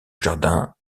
jardin